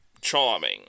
charming